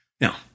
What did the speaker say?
Now